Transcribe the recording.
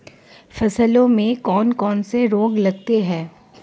फसलों में कौन कौन से रोग लगते हैं?